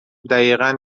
دقیقن